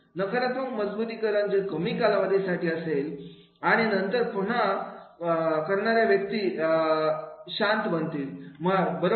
नकारात्मक मजबुतीकरण जे कमी कालावधीसाठी असेल आणि नंतर पुन्हा करणाऱ्या व्यक्ती रक्त बनतील बरोबर